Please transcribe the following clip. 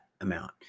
amount